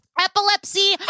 epilepsy